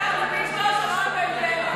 נזכרת באשתו של און בן פלת.